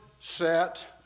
set